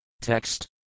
Text